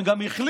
הם גם החליטו,